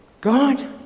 God